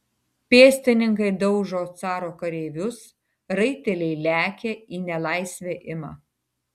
pėstininkai daužo caro kareivius raiteliai lekia į nelaisvę ima